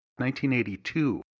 1982